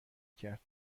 کرد